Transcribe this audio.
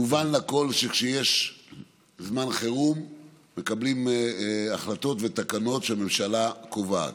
מובן לכול שכשיש זמן חירום מקבלים החלטות ותקנות שהממשלה קובעת,